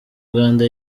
uganda